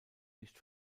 nicht